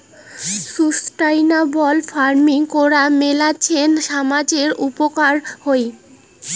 sustainable farming করাং মেলাছেন সামজের উপকার হই